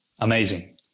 amazing